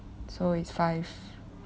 so is five